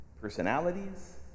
personalities